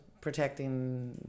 protecting